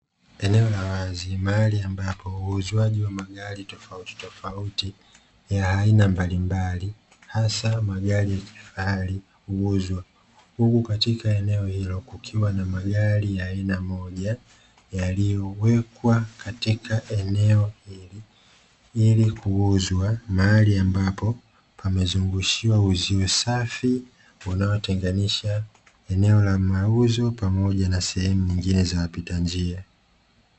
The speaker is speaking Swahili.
Eneo la wazi mahali ambako uuzwaji wa magari tofautitofauti ya aina mbalimbali, hasa magari ya kifahari kuuzwa huku katika eneo hilo; kukiwa na magari ya aina moja yaliyowekwa katika eneo hili ili kuuzwa, mahali ambapo pamezungushiwa uzio safi unaotenganisha eneo la mauzo pamoja na sehemu nyingine za wapita njia.